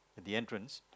the entrance